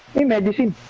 e madison,